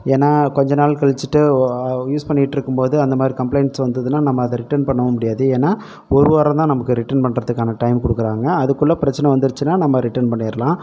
ஏன்னால் கொஞ்ச நாள் கழித்திட்டு யூஸ் பண்ணிட்டு இருக்கும் போது அந்தமாதிரி கம்பளைண்ட்ஸ் வந்ததுன்னா நம்ம அதை ரிட்டன் பண்ணவும் முடியாது ஏன்னால் ஒரு வாரம் தான் நமக்கு ரிட்டன் பண்ணுறதுக்கான டைம் கொடுக்குறாங்க அதுக்குள்ள பிரச்சனை வந்துடுச்சினா நம்ம ரிட்டன் பண்ணிடலாம்